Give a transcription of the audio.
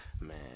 man